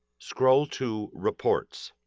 scroll to reports.